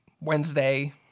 Wednesday